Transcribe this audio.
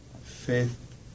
faith